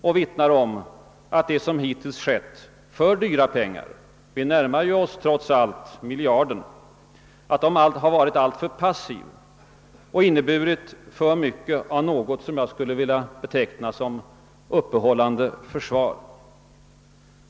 Det vittnar om att det som hittills skett för dyra pengar — vi närmar oss ju trots allt miljarden — varit för passivt och inneburit för mycket av något som jag skulle vilja beteckna som uppehållande försvar.